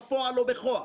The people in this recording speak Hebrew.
בפועל או בכוח,